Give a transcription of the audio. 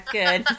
good